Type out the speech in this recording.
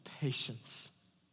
patience